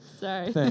Sorry